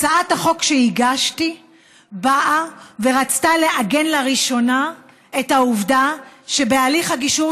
הצעת החוק שהגשתי באה ורצתה לעגן לראשונה את העובדה שבהליך הגישור,